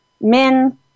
men